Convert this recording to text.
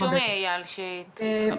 תבקשו מאייל שיתחבר.